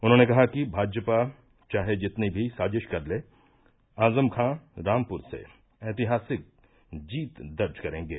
उन्होंने कहा कि भाजपा चाहे जितनी भी साजिश कर ले आजम खाँ रामपुर से एतिहासिक जीत दर्ज करेंगे